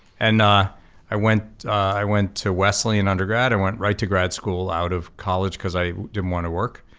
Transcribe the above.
and ah i went i went to wesley in undergrad, i went right to grad school out of college because i didn't wanna work,